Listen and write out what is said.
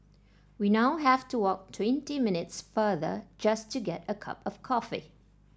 we now have to walk twenty minutes farther just to get a cup of coffee